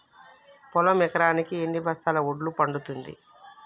పొలం ఎకరాకి ఎన్ని బస్తాల వడ్లు పండుతుంది?